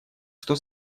что